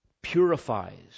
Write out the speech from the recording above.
purifies